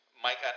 Mike